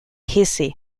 hesse